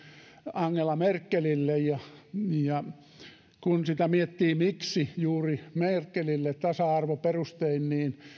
angela merkelille kun miettii sitä miksi juuri merkelille tasa arvoperustein niin